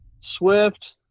Swift